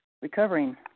Recovering